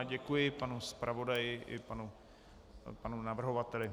Děkuji panu zpravodaji i panu navrhovateli.